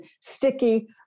sticky